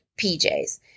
PJs